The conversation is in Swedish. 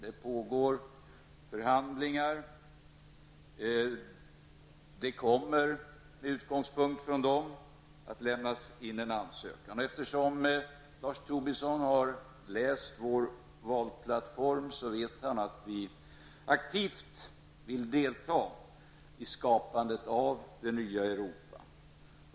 Det pågår förhandlingar, och med utgångspunkt i dem kommer det att lämnas in en ansökan. Eftersom Lars Tobisson har läst vår valplattform vet han att vi aktivt vill delta i skapandet av det nya Europa.